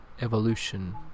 evolution